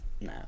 no